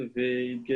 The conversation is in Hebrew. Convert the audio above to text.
אני בן 20,